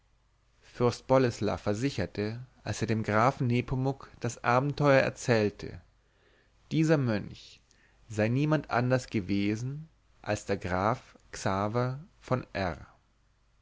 fürst boleslaw versicherte als er dem grafen nepomuk das abenteuer erzählte dieser mönch sei niemand anders gewesen als der graf xaver von r